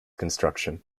construction